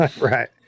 right